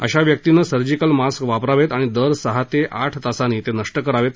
अशा व्यक्तीनं surgical mask वापरावेत आणि दर सहा ते आठ तासांनी ते नष्प करावेत